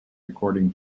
according